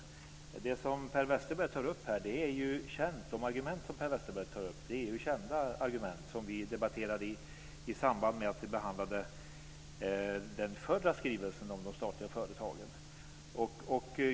De argument som Per Westerberg här tar upp är kända argument som vi debatterade i samband med behandlingen av den förra skrivelsen om de statliga företagen.